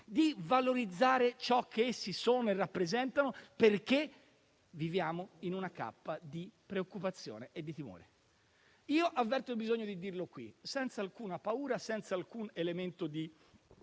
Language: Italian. di valorizzare ciò che essi sono e rappresentano, perché viviamo in una cappa di preoccupazione e di timore. Avverto il bisogno di dirlo qui, senza alcuna paura e senza alcun elemento di